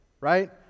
right